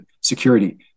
security